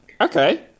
Okay